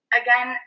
again